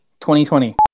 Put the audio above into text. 2020